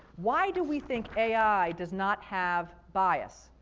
why do we think ai does not have bias?